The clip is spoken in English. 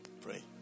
Pray